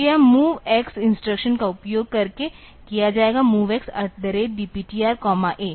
तो यह MOV X instruction का उपयोग करके किया जाएगा MOVX DPTRA